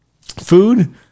Food